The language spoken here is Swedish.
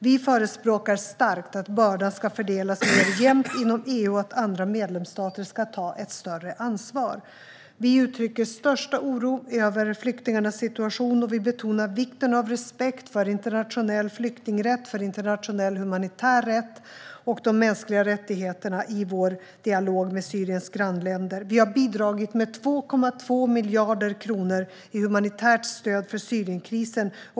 Vi förespråkar starkt att bördan ska fördelas jämnare inom EU och att andra medlemsstater ska ta ett större ansvar. Vi uttrycker största oro över flyktingarnas situation. I vår dialog med Syriens grannländer betonar vi vikten av respekt för internationell flyktingrätt, för internationell humanitär rätt och för de mänskliga rättigheterna. Vi har bidragit med 2,2 miljarder kronor i humanitärt stöd i samband med Syrienkrisen.